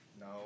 no